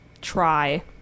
try